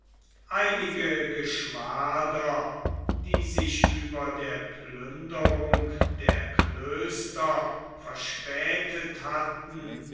einige geschwader die sich über der plünderung der klöster verspätet hatten